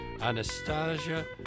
Anastasia